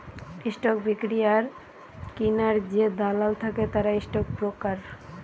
stock বিক্রি আর কিনার যে দালাল থাকে তারা স্টক ব্রোকার